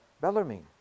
Bellarmine